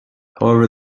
however